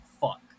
fuck